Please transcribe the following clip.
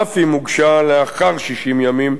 אף אם הוגשה לאחר 60 ימים,